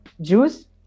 juice